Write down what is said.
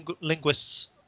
linguists